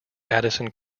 addison